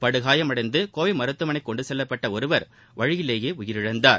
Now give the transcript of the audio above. படுகாயமடைந்து கோவை மருத்துவமனைக்கு கொண்டு செல்லப்பட்ட ஒருவர் வழியிலேயே உயிரிழந்தார்